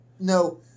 No